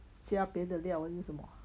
加别的料还是什么